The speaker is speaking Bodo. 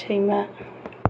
सैमा